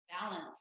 balance